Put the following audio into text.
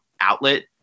outlet